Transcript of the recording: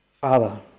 father